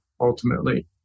ultimately